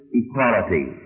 equality